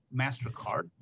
MasterCard